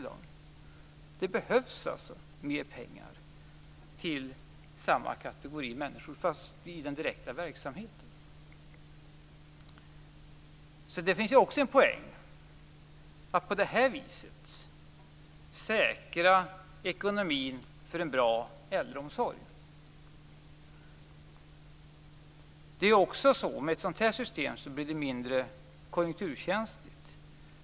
Det behövs mer pengar till samma kategori människor - fast i den direkta verksamheten. Det finns också en poäng att på det sättet säkra ekonomin för en bra äldreomsorg. Ett sådant system blir mindre konjunkturkänsligt.